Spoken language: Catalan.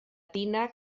tina